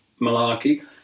malarkey